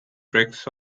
breaks